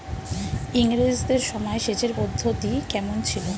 ইঙরেজদের সময় সেচের পদ্ধতি কমন ছিল?